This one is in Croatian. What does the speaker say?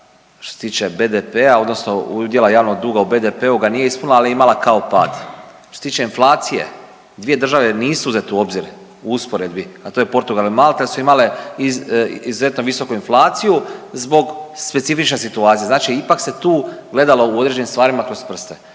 što se tiče BDP-a odnosno udjela javnog duga u BDP-u ga nije ispunila ali je imala kao pad. Što se tiče inflacije, dvije države nisu uzete u obzir u usporedbi, a to je Portugal i Malta jel su imale izuzetno visoku inflaciju zbog specifične situacije, znači ipak se tu gledalo u određenim stvarima kroz prste.